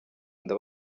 nda